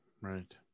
Right